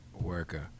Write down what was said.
Worker